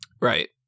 Right